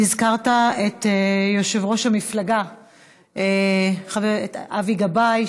הזכרת את יושב-ראש המפלגה אבי גבאי,